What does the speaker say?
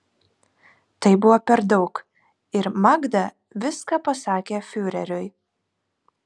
tai buvo per daug ir magda viską pasakė fiureriui